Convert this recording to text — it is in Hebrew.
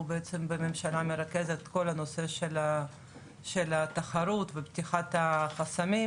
בממשלה מרכז את כל הנושא של התחרות ופתיחת החסמים,